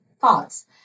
thoughts